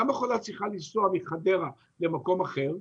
למה חולה צריכה לנסוע מחדרה למקום אחר,